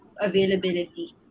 availability